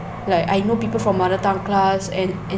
like I know people from mother tongue class and and